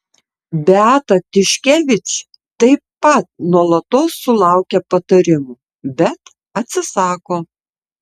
beata tiškevič taip pat nuolatos sulaukia patarimų bet atsisako